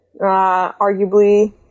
arguably